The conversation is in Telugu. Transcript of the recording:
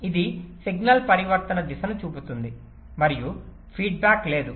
ఇది సిగ్నల్ పరివర్తన దిశను చూపుతుంది మరియు ఫీడ్బ్యాక్ లేదు